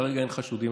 כרגע אין חשודים.